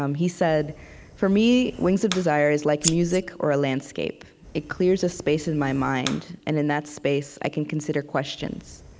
um he said for me, wings of desire is like music or a landscape. it clears a space in my mind, and in that space, i can consider questions.